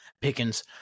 Pickens